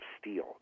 Steel